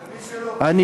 ומי שלא, מה הוא?